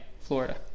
Florida